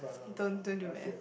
don't don't do math